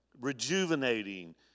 Rejuvenating